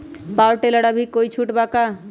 Power tiller पर अभी कोई छुट बा का?